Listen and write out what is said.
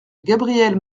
gabriel